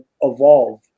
evolve